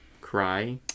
cry